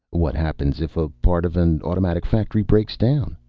what happens if a part of an automatic factory breaks down?